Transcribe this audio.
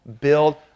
build